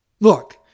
Look